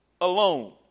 alone